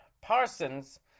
Parsons